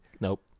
Nope